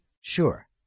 Sure